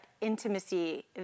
intimacy